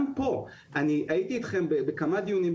הייתי אתכם בכמה דיונים,